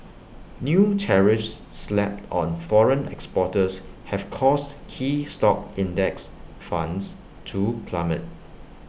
new tariffs slapped on foreign exporters have caused key stock index funds to plummet